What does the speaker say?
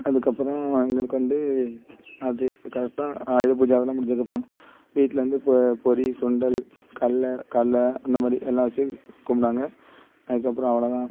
அதுக்கப்பறம் எங்களுக்கு வந்து அது கரெக்டாக ஆயுதபூஜை அதெலாம் முடிஞ்சதுக்கப்பறம் வீட்டில வந்து இப்போ பொரி சுண்டல் கடல்ல கடல்ல அந்த மாதிரி எல்லாம் வச்சி கும்பிடுவாங்க அதுக்கப்பறம் அவ்வளோ தான்